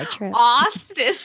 Austin